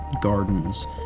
gardens